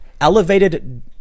elevated